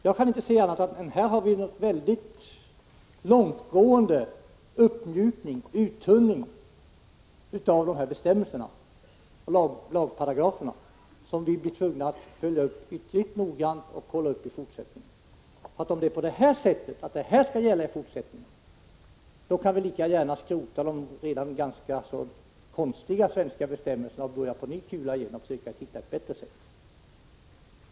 Jag kan inte se annat än att vi här har en mycket långtgående uppmjukning och uttunning av lagparagraferna, och den blir vi tvungna att följa upp ytterligt noggrant i fortsättningen. Om det är detta som skall gälla i fortsättningen, kan vi lika gärna skrota de redan ganska konstiga svenska bestämmelserna och börja på ny kula igen och försöka hitta ett bättre sätt.